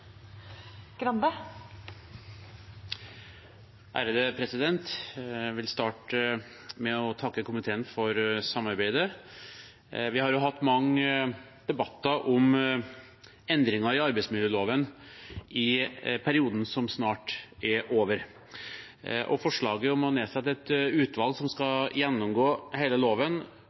3 minutter. Jeg vil starte med å takke komiteen for samarbeidet. Vi har jo hatt mange debatter om endringer i arbeidsmiljøloven i perioden som snart er over, og forslaget om å nedsette et utvalg som skal gjennomgå